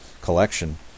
collection